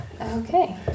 Okay